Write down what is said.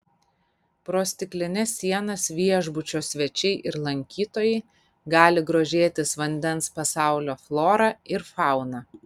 pro stiklines sienas viešbučio svečiai ir lankytojai gali grožėtis vandens pasaulio flora ir fauna